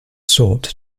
sought